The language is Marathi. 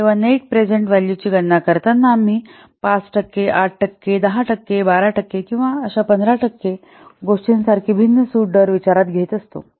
तेव्हा नेट प्रेझेंट व्हॅलूची गणना करताना आम्ही 5 टक्के 8 टक्के 10 टक्के 12 टक्के किंवा अशा 15 टक्के गोष्टींसारखे भिन्न सूट दर विचारात घेत असतो